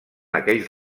aquells